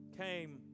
came